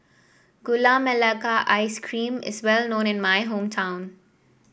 Gula Melaka Ice Cream is well known in my hometown